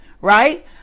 right